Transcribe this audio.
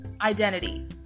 identity